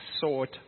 sought